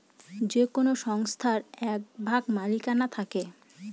যে কোনো সংস্থার এক ভাগ মালিকানা থাকে